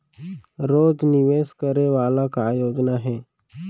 रोज निवेश करे वाला का योजना हे?